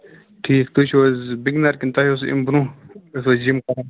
ٹھیٖک تُہۍ چھِو حظ بِگنَر کِنہٕ تۄہہِ اوسوٕ اَمہِ برٛونٛہہ ٲسوا جِم کران